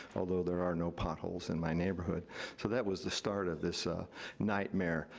although there are no potholes in my neighborhood. so that was the start of this nightmare,